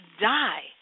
die